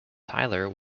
tyler